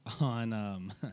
on